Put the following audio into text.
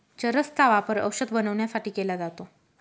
चरस चा वापर औषध बनवण्यासाठी केला जातो